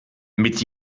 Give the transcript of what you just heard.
mit